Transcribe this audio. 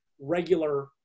regular